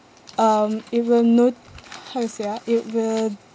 um it will note how to say ah it will